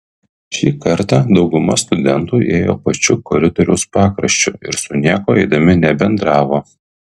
šį kartą dauguma studentų ėjo pačiu koridoriaus pakraščiu ir su niekuo eidami nebendravo